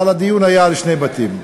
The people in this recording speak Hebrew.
אבל הדיון היה על שני בתים.